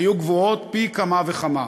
היו גבוהות פי כמה וכמה.